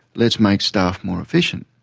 let's make staff more efficient.